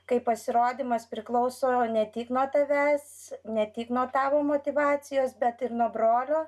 kai pasirodymas priklauso ne tik nuo tavęs ne tik nuo tavo motyvacijos bet ir nuo brolio